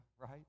right